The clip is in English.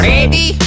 Ready